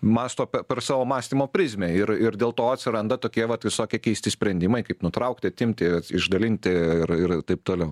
mąsto pe per savo mąstymo prizmę ir ir dėl to atsiranda tokie vat visokie keisti sprendimai kaip nutraukti atimti išdalinti ir ir taip toliau